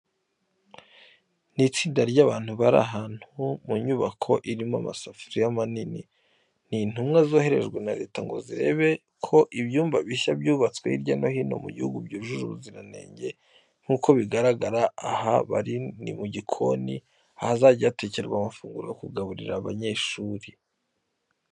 Ni itsinda ry'abantu bari ahantu mu nyubako irimo amasafuriya manini. Ni intumwa zoherejwe na Leta ngo zirebe ko ibyumba bishya byubatswe hirya no hino mu gihugu byujuje ubuziranenge. Nk'uko bigaragara aha bari ni mu gikoni, ahazajya hatekerwa amafunguro yo kugaburira abanyeshuri.